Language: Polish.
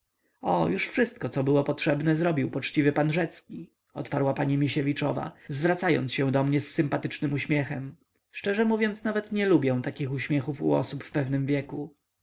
o już wszystko co było potrzebne zrobił poczciwy pan rzecki odparła pani misiewiczowa zwracając się do mnie z sympatycznym uśmiechem szczerze mówiąc nawet nie lubię takich uśmiechów u osób w pewnym wieku